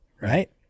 right